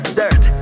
dirt